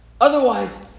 Otherwise